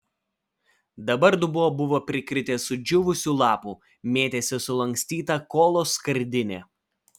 dabar dubuo buvo prikritęs sudžiūvusių lapų mėtėsi sulankstyta kolos skardinė